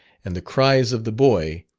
and the cries of the boy,